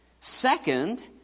Second